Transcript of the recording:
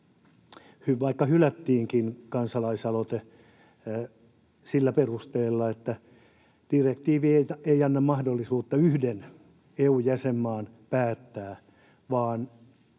hylättiinkin sillä perusteella, että direktiivi ei anna mahdollisuutta yhden EU-jäsenmaan päättää, niin